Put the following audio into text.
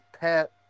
pet